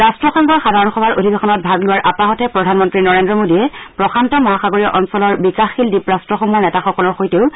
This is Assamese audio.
ৰাট্টসংঘৰ সাধাৰণ সভাৰ অধিৱেশনত ভাগ লোৱাৰ প্ৰধানমন্ত্ৰী নৰেন্দ্ৰ মোডীয়ে প্ৰশান্ত মহাসাগৰীয় অঞ্চলৰ বিকাশশীল দ্বীপৰট্টসমূহৰ নেতাসকলৰ সৈতেও মিলিত হয়